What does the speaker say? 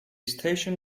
station